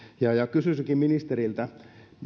kysyisinkin ministeriltä